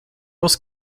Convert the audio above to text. was